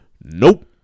Nope